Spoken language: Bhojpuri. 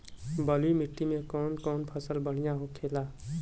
बलुई मिट्टी में कौन कौन फसल बढ़ियां होखेला?